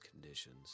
conditions